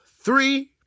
three